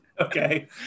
Okay